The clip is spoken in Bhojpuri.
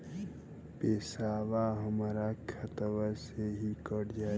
पेसावा हमरा खतवे से ही कट जाई?